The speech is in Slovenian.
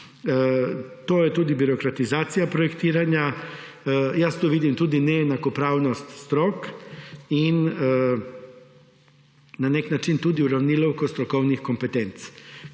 To je tudi birokratizacija projektiranja. Jaz tu vidim tudi neenakopravnost strok in na nek način tudi uravnilovko strokovnih kompetenc,